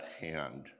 hand